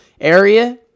area